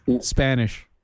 Spanish